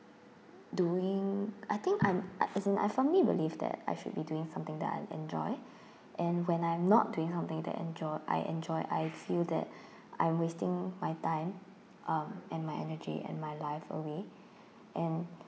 doing I think I'm as in I firmly believe that I should be doing something that I enjoy and when I'm not doing something that enjo~ I enjoy I feel that I'm wasting my time um and energy and my life away and